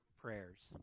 prayers